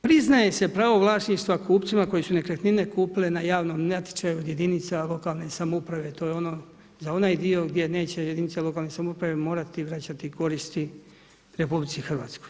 Priznaje se pravo vlasništva kupcima koji su nekretnine kupili na javnom natječaju od jedinica lokalne samouprave, to je za onaj dio gdje neće jedinice lokalne samouprave morati vraćati koristi RH.